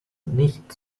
nicht